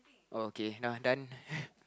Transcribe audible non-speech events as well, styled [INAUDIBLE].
oh okay nah done [NOISE]